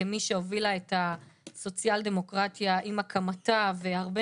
כמי שהובילה את הסוציאל-דמוקרטיה עם הקמתה והרבה